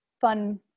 fun